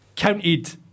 counted